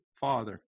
father